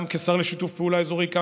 גם כשר לשיתוף פעולה אזורי.